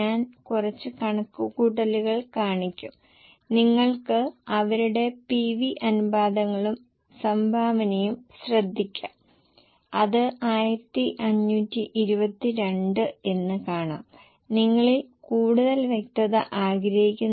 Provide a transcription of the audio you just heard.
ഞാൻ കുറച്ച് വേഗത്തിൽ പോകും ദയവായി ഇത് പരിശോധിക്കുക നൽകിയിരിക്കുന്ന വിവരങ്ങൾ മൂല്യത്തകർച്ചയുടെ കാര്യത്തിലും വ്യത്യാസമില്ല